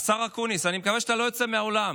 השר אקוניס, אני מקווה שאתה לא יוצא מהאולם.